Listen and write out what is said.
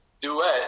duet